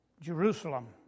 Jerusalem